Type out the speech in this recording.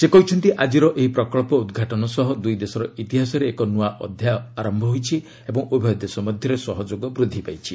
ସେ କହିଛନ୍ତି ଆଜିର ଏହି ପ୍ରକଳ୍ପ ଉଦ୍ଘାଟନ ସହ ଦୁଇ ଦେଶର ଇତିହାସରେ ଏକ ନୂଆ ଅଧ୍ୟାୟ ଆରମ୍ଭ ହୋଇଛି ଓ ଉଭୟ ଦେଶ ମଧ୍ୟରେ ସହଯୋଗ ବୂଦ୍ଧି ପାଇଛି